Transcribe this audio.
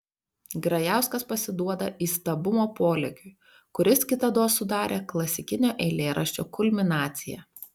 grajauskas pasiduoda įstabumo polėkiui kuris kitados sudarė klasikinio eilėraščio kulminaciją